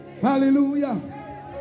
Hallelujah